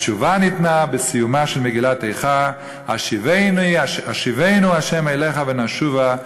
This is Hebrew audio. התשובה ניתנה בסיומה של מגילת איכה: השיבנו ה' אליך ונשובה,